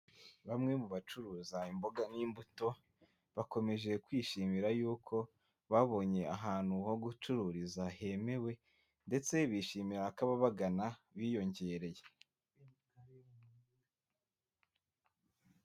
Bamwe mu bacuruza imboga n'imbuto bakomeje kwishimira yuko babonye ahantu ho gucururiza hemewe ndetse bishimira ko ababagana biyongereye.